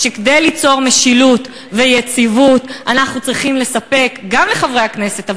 שכדי ליצור משילות ויציבות אנחנו צריכים לספק גם לחברי הכנסת,